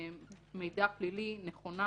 מידע פלילי נכונה